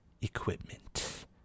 equipment